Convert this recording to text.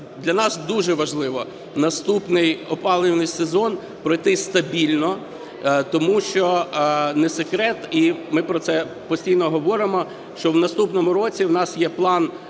для нас дуже важливо, наступний опалювальний сезон пройти стабільно, тому що не секрет, і ми про це постійно говоримо, що у наступному році у нас є план